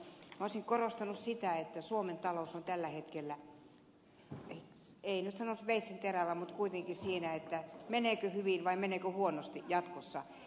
olisin korostanut sitä että suomen talous on tällä hetkellä en nyt sanoisi veitsenterällä mutta kuitenkin siinä meneekö hyvin vai meneekö huonosti jatkossa